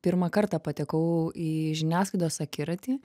pirmą kartą patekau į žiniasklaidos akiratį